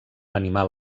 animal